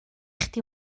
chdi